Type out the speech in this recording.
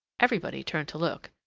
everybody turned to look.